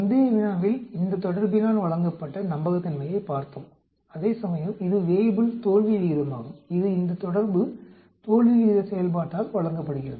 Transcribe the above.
முந்தைய வினாவில் இந்த தொடர்பினால் வழங்கப்பட்ட நம்பகத்தன்மையைப் பார்த்தோம் அதேசமயம் இது வேய்புல் தோல்வி விகிதமாகும் இது இந்த தொடர்பு தோல்வி விகித செயல்பாட்டால் வழங்கப்படுகிறது